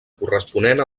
corresponent